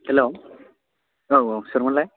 hello औ औ सोरमोनलाय